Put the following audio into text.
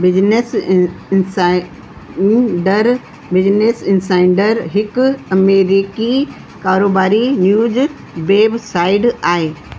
business in insider business insider हिकु अमेरिकी कारोबारी न्यूज वेबसाइड आहे